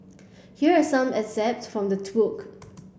here are some excerpt from the took